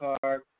card